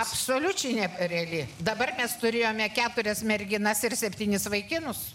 absoliučiai nereali dabar mes turėjome keturias merginas ir septynis vaikinus